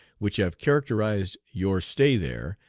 which have characterized your stay there,